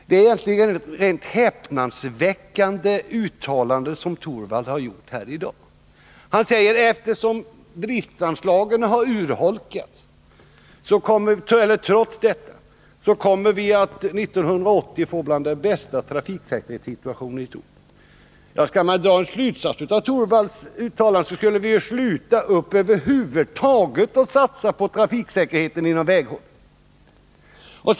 Det är ett rent häpnadsväckande uttalande som herr Torwald gjort i dag. Han säger att trots att driftanslagen har urholkats, så kommer vi under 1980 att få en av de bästa trafiksäkerhetssituationer vi haft. Skall man dra någon slutsats av herr Torwalds uttalande skulle vi över huvud taget sluta att satsa på trafiksäkerheten genom vägunderhållet.